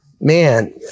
Man